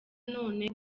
none